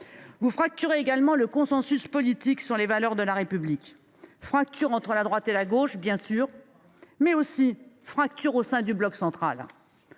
Vous fracturez également le consensus politique sur les valeurs de la République, fracture entre la droite et la gauche, bien sûr, mais aussi au sein du bloc central.